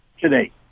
today